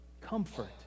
comfort